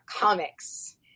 comics